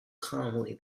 calmly